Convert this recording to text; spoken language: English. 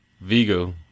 Vigo